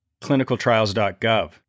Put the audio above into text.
clinicaltrials.gov